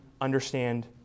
understand